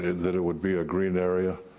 that it would be a green area.